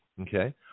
okay